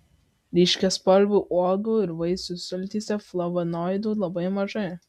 ryškiaspalvių uogų ir vaisių sultyse flavonoidų labai mažai